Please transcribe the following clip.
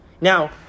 Now